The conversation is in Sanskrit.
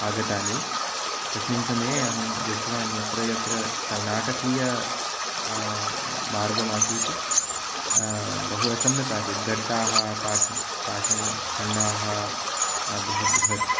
आगतानि तस्मिन् समये अहं दृष्टवान् यत्र यत्र कर्नाटकीय मार्गमासीत् बहु असम्यगासीत् गर्ताः पाष पाषणखण्डाः बृहत् बृहत्